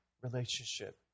relationship